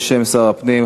בשם שר הפנים,